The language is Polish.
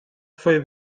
twoje